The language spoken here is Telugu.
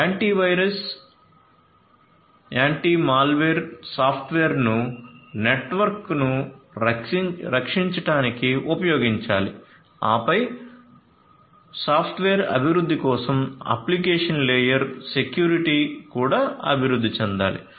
యాంటీవైరస్ యాంటీమాల్వేర్ సాఫ్ట్వేర్ను నెట్వర్క్ను రక్షించడానికి ఉపయోగించాలి ఆపై సాఫ్ట్వేర్ అభివృద్ధి కోసం అప్లికేషన్ లేయర్ సెక్యూరిటీ కూడా అభివృద్ధి చెందాలి